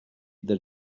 their